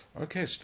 okay